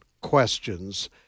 questions